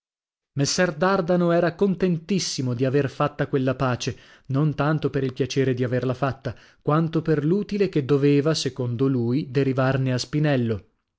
messer dardano era contentissimo di aver fatta quella pace non tanto per il piacere di averla fatta quanto per l'utile che doveva secondo lui derivarne a spinello